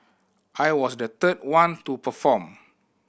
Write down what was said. I was the third one to perform